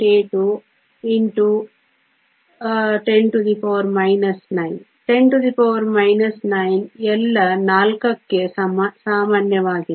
8 x 10 9 10 9 ಎಲ್ಲ 4 ಕ್ಕೆ ಸಾಮಾನ್ಯವಾಗಿದೆ